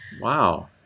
Wow